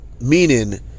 Meaning